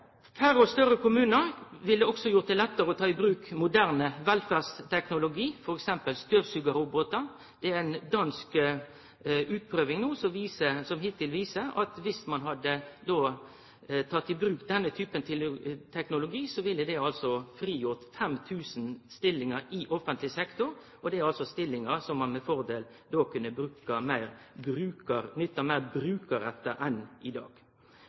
Færre og større kommunar ville også gjort det lettare å ta i bruk moderne velferdsteknologi, t.d. støvsugarrobotar. Det er ei dansk utprøving som viser at viss ein hadde teke i bruk denne typen teknologi, ville det frigjort 5 000 stillingar i offentleg sektor. Det er stillingar som ein med fordel då kunne ha nytta meir brukarretta enn i dag.